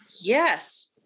yes